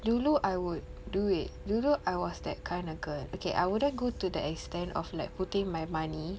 dulu I would do it dulu I was that kind of girl okay I wouldn't go to the extent of like putting my money